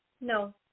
no